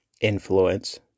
influence